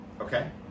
okay